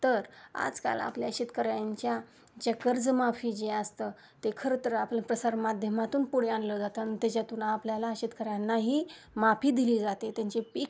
तर आजकाल आपल्या शेतकऱ्यांच्या ज कर्जमाफी जी असतं ते खरं तर आपलं प्रसारमाध्यमातून पुढे आणलं जातं आणि त्याच्यातून आपल्याला शेतकऱ्यांनाही माफी दिली जाते त्यांची पीक